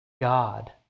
God